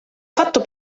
fatto